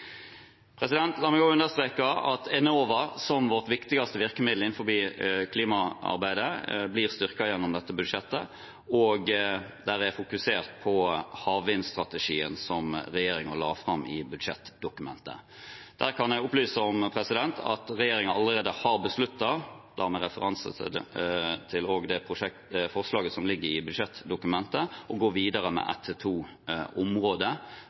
La meg også understreke at Enova, som vårt viktigste virkemiddel innenfor klimaarbeidet, blir styrket gjennom dette budsjettet, og det er fokusert på havvindstrategien som regjeringen la fram i budsjettdokumentet. Der kan jeg opplyse om at regjeringen allerede har besluttet, da med referanse til det forslaget som ligger i budsjettdokumentet, å gå videre med ett til to områder